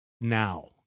now